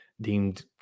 deemed